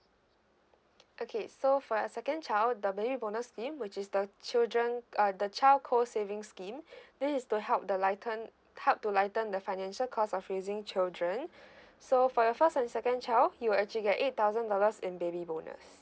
okay so for a second child the baby bonus scheme which is the children uh the child co savings scheme this is to help the lighten help to lighten the financial cost of raising children so for your first and second child you will actually get eight thousand dollars in baby bonus